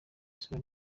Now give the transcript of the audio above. isura